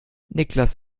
niklas